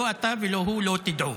לא אתה ולא הוא לא תדעו.